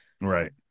right